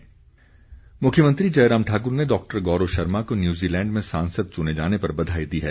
बधाई मुख्यमंत्री जयराम ठाकुर ने डॉक्टर गौरव शर्मा को न्यूज़ीलैंड में सांसद चुने जाने पर बधाई दी है